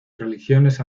religiones